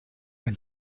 ein